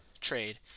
trade